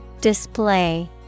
Display